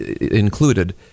included